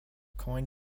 coin